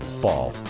ball